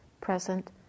present